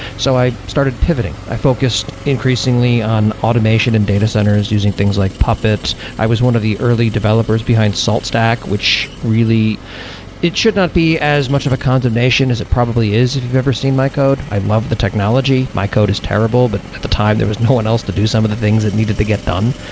so i started pivoting. i focused increasingly on automation and data centers using things like puppets. i was one of the early developers behind saltstack, which really it should not be as much of a condemnation as it probably is if you've ever seen my code. i love the technology. my code is terrible, but at the time there was no one else to do some of the things that needed to get done.